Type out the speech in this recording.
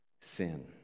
sin